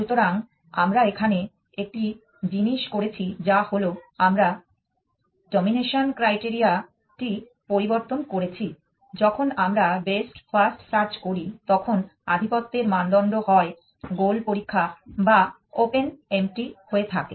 সুতরাং আমরা এখানে একটি জিনিস করেছি যা হলো আমরা দমিনেশন ক্রাইটেরিয়া টি পরিবর্তন করেছি যখন আমরা best first search করি তখন আধিপত্যের মানদণ্ড হয় গোল পরীক্ষা বা ওপেন এম্পটি হয়ে থাকে